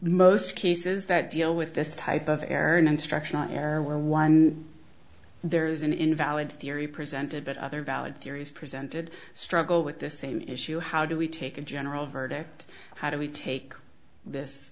most cases that deal with this type of error and instructional error where one there's an invalid theory presented but other valid theories presented struggle with this same issue how do we take a general verdict how do we take this